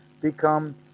become